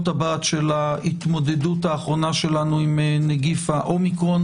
הבת של ההתמודדות האחרונה שלנו עם נגיף האומיקרון.